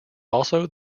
also